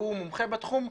שהוא מומחה בתחום,